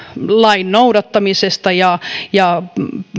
lain noudattamisesta ja ja